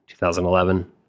2011